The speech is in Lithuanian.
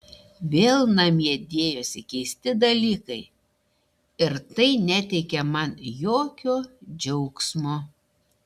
vėl namie dėjosi keisti dalykai ir tai neteikė man jokio džiaugsmo